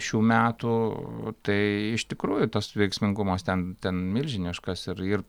šių metų tai iš tikrųjų tas veiksmingumas ten ten milžiniškas ir ir